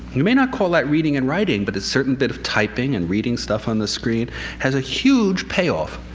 you may not call that reading and writing, but a certain bit of typing and reading stuff on the screen has a huge payoff,